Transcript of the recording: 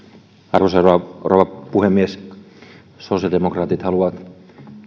arvoisa rouva puhemies sosiaalidemokraatit haluavat